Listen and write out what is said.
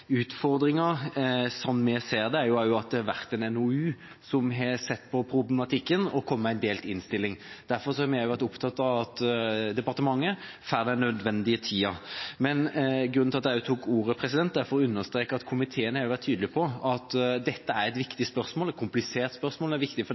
Utfordringa, som vi ser det, er også at utvalget som i forbindelse med en NOU har sett på problematikken, har kommet med en delt innstilling. Derfor har vi også vært opptatt av at departementet får den nødvendige tida. Men grunnen til at jeg tok ordet, er at jeg vil understreke at komiteen er tydelig på at dette er et